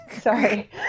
Sorry